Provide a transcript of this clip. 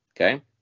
okay